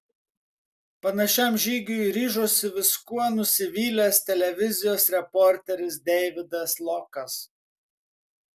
panašiam žygiui ryžosi viskuo nusivylęs televizijos reporteris deividas lokas